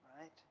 right